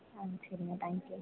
ஆ சரிங்க thank you